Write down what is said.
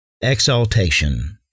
exaltation